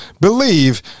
believe